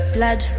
Blood